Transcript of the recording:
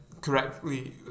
correctly